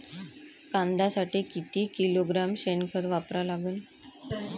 कांद्यासाठी किती किलोग्रॅम शेनखत वापरा लागन?